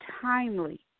timely